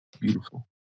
beautiful